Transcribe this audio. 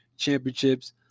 Championships